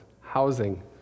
housing